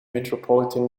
metropolitan